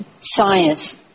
science